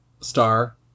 star